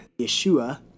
Yeshua